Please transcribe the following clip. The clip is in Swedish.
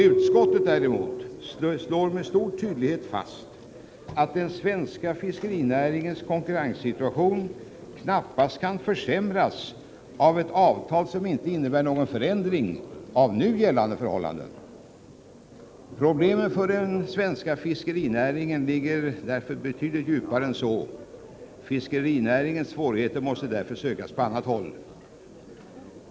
Utskottet däremot slår med stor tydlighet fast att den svenska fiskerinäringens konkurrenssituation knappast kan försämras av ett avtal som inte innebär någon förändring av nu gällande förhållanden. Problemen för den svenska fiskerinäringen ligger betydligt djupare än så. Fiskerinäringens svårigheter måste därför sökas på annat håll.